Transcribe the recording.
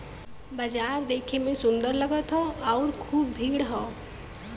बाजार देखे में सुंदर लगत हौ आउर खूब भीड़ हौ